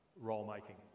role-making